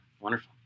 wonderful